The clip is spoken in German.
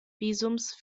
visums